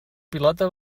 pilota